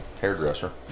hairdresser